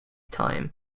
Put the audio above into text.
time